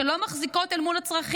שלא מחזיקות אל מול הצרכים.